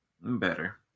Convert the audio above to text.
Better